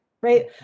right